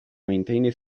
maintain